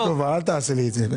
הדיון כאן.